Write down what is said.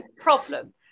problem